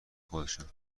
خودشان